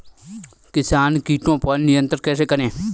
किसान कीटो पर नियंत्रण कैसे करें?